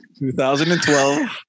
2012